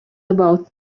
about